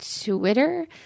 twitter